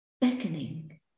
beckoning